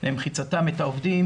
למחיצתם את העובדים,